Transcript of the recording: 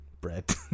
Bread